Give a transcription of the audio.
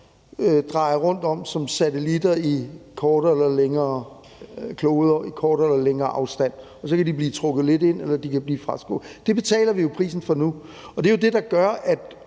drejer rundt om som satellitter eller kloder i kortere og længere afstand, og så kan de blive trukket lidt ind, eller de kan blive trukket lidt væk. Det betaler vi prisen for nu, og det er jo det, der gør, at